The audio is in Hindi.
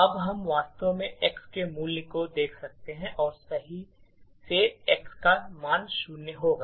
अब हम वास्तव में x के मूल्य को देख सकते हैं और सही से x का मान शून्य होगा